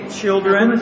children